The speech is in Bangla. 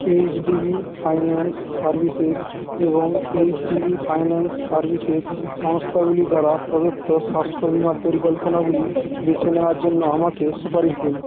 এইচডিবি ফাইন্যান্স সার্ভিসেস এবং এইচডিবি ফাইন্যান্স সার্ভিসেস সংস্থাগুলি দ্বারা প্রদত্ত স্বাস্থ্য বিমা পরিকল্পনাগুলি বেছে নেওয়ার জন্য আমাকে সুপারিশ দিন